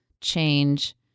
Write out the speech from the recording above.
change